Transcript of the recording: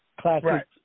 Classic